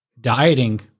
dieting